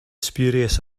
spurious